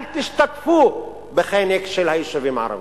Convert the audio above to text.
אל תשתתפו בחנק של היישובים הערביים.